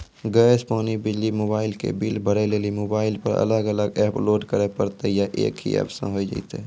Gas, पानी, बिजली, mobile के बिल भरे लेली मोबाइल पर अलग अलग एप्प लोड करे परतै या एक ही एप्प से होय जेतै?